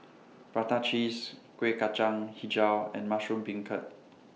Prata Cheese Kueh Kacang Hijau and Mushroom Beancurd